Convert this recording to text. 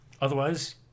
Otherwise